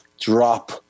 drop